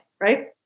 right